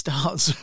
Starts